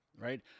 right